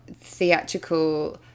theatrical